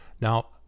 now